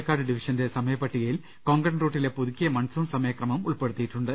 ക്കാട് ഡിവിഷന്റെ സമയ പട്ടികയിൽ കൊങ്കൺ റൂട്ടിലെ പുതുക്കിയ മൺസൂൺ സമയക്രമം ഉൾപ്പെടുത്തിയിട്ടുണ്ട്